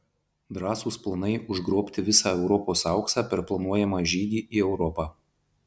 drąsūs planai užgrobti visą europos auksą per planuojamą žygį į europą